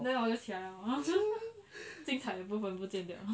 then 我就起来 liao 精彩的部分不见掉